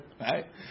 Right